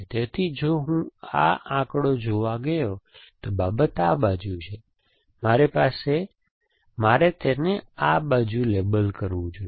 તેથી જો હું આ આંકડો જોવા ગયો તો બાબત આ બાજુ છે તેથી મારે તેને આ બાજુ લેબલ કરવું જોઈએ